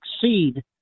succeed